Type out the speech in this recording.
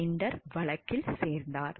Linder வழக்கில் சேர்ந்தார்